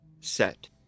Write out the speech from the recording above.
Set